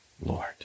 Lord